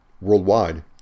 worldwide